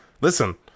listen